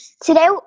Today